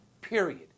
period